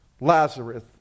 Lazarus